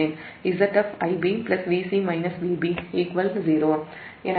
எனவே Vb Vc Zf Ib